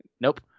nope